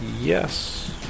Yes